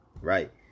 right